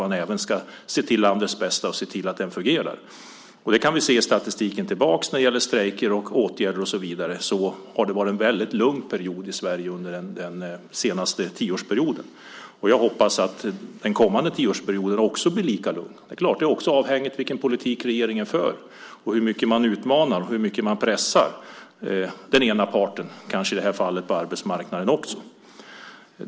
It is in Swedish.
Man har sett till att den fungerar och också sett till landets bästa. Om vi tittar tillbaka på statistiken över strejker, åtgärder och så vidare kan vi se att Sverige har haft det väldigt lugnt den senaste tioårsperioden. Jag hoppas att den kommande tioårsperioden också blir lika lugn. Det är naturligtvis också avhängigt vilken politik regeringen för, och kanske i det här fallet också hur mycket man utmanar och pressar den ena parten på arbetsmarknaden.